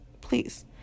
please